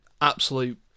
absolute